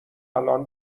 الان